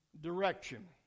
direction